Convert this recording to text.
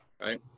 right